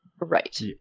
Right